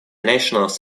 nationals